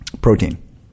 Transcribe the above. protein